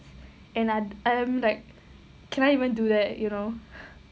and I um like can I even do that you know